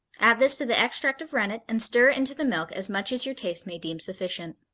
add this to the extract of rennet and stir into the milk as much as your taste may deem sufficient.